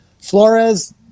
Flores